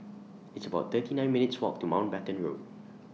It's about thirty nine minutes' Walk to Mountbatten Road